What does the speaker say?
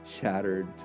shattered